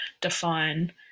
define